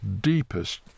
deepest